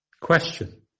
Question